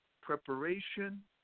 preparation